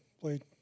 played